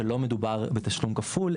לא מדובר בתשלום כפול,